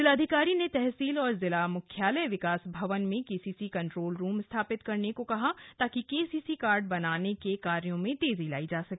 जिलाधिकारी ने तहसील और जिला मुख्यालय विकास भवन में केसीसी कंट्रोल रूम स्थापित करने को कहा ताकि केसीसी कार्ड बनाने के कार्यों में तेजी लाई जा सके